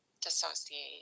dissociate